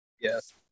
Yes